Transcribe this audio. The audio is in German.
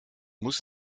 muss